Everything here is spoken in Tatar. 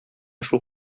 шул